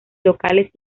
locales